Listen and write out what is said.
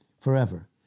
forever